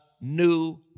new